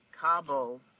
Cabo